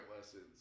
lessons